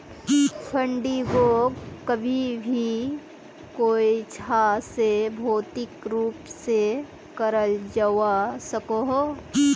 फंडिंगोक कभी भी कोयेंछा से भौतिक रूप से कराल जावा सकोह